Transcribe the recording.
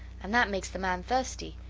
and that makes the man thirsty,